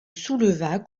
souleva